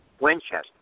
Winchester